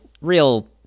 real